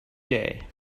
day